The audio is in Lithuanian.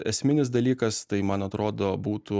esminis dalykas tai man atrodo būtų